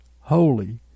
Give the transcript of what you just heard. holy